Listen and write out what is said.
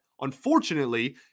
unfortunately